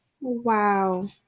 Wow